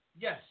Yes